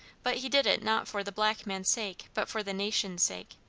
but he did it not for the black man's sake, but for the nation's sake.